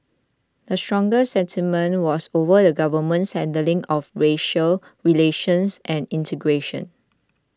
the strongest sentiment was over the Government's handling of racial relations and integration